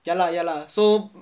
ya lah ya lah so